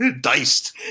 Diced